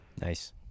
Nice